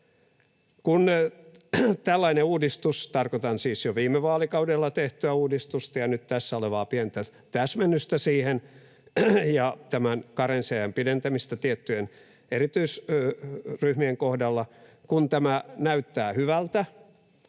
Kun tällainen uudistus — tarkoitan siis jo viime vaalikaudella tehtyä uudistusta ja nyt tässä olevaa pientä täsmennystä siihen ja tämän karenssiajan pidentämistä tiettyjen erityisryhmien kohdalla — näyttää hyvältä,